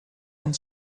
and